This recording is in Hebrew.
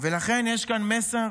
ולכן יש כאן מסר